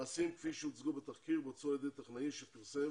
מעשים כפי שהוצגו בתחקיר בוצעו על ידי טכנאי שפרסם